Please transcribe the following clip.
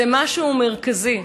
זה משהו מרכזי.